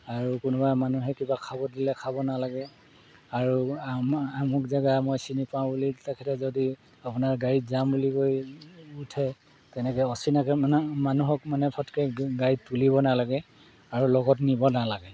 আৰু কোনোবা মানুহে কিবা খাব দিলে খাব নালাগে আৰু আমুক জেগা মই চিনি পাওঁ বুলি তেখেতে যদি আপোনাৰ গাড়ীত যাম বুলি কৈ উঠে তেনেকৈ অচিনাকি মানে মানুহক মানে ফটককৈ গাড়ীত তুলিব নালাগে আৰু লগত নিব নালাগে